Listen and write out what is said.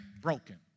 broken